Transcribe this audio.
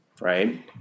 right